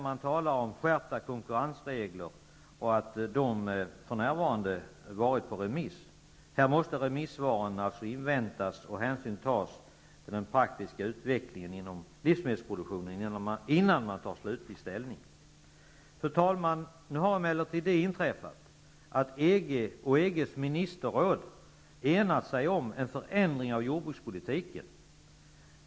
Man talar där om skärpta konkurrensregler och att de sänts ut på remiss. Här måste alltså remissvaren inväntas och hänsyn tas till den praktiska utvecklingen inom livsmedelsproduktionen, innan man tar slutlig ställning. Fru talman! Nu har emellertid det inträffat att EG och EG:s ministerråd enat sig om en förändring av jordbrukspolitiken.